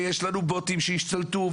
ויש לנו בוטים שהשתלטו,